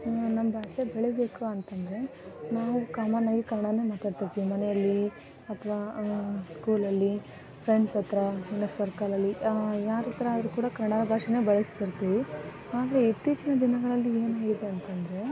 ನಮ್ಮ ಭಾಷೆ ಬೆಳೀಬೇಕು ಅಂತಂದರೆ ನಾವು ಕಾಮನ್ನಾಗಿ ಕನ್ನಡನೇ ಮಾತಾಡ್ತಿರ್ತೀವಿ ಮನೆಯಲ್ಲಿ ಅಥವಾ ಸ್ಕೂಲಲ್ಲಿ ಫ್ರೆಂಡ್ಸ್ ಹತ್ತಿರ ಎಲ್ಲ ಸರ್ಕಲ್ಲಲ್ಲಿ ಯಾರ ಹತ್ತಿರ ಆದ್ರೂ ಕೂಡ ಕನ್ನಡ ಭಾಷೆನೇ ಬಳಸ್ತಿರ್ತೀವಿ ಆದರೆ ಇತ್ತೀಚಿನ ದಿನಗಳಲ್ಲಿ ಏನಾಗಿದೆ ಅಂತಂದರೆ